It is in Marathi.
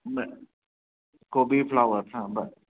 बरं कोबी फ्लावर हां बरं